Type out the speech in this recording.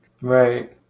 Right